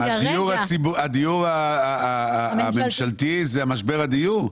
--- הדיור הממשלתי זה משבר הדיור?